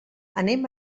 anem